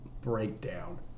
breakdown